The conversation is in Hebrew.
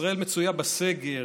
ישראל מצויה בסגר,